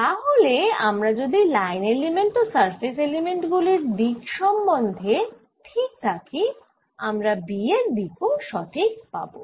তাহলে আমরা যদি লাইন এলিমেন্ট ও সারফেস এলিমেন্ট গুলির দিক সম্বন্ধে ঠিক থাকি আমরা B এর দিক ও সঠিক পাবো